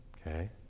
Okay